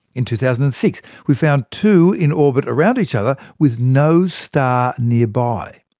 in two thousand and six, we found two in orbit around each other, with no star nearby.